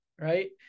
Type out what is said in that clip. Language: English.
right